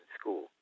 school